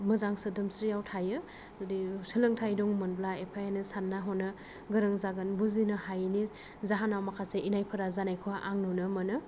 मोजां सोदोमस्रियाव थायो जुदि सोलोंथाइ दंमोनब्ला एफा एनै साननो हनो गोरों जागोन बुजिनो हायैनि जाहोनाव माखासे इनायफोरा जानायखौ आं नुनो मोनो